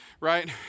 Right